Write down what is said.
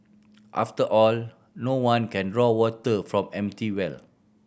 after all no one can draw water from an empty well